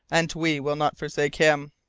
and we will not forsake him.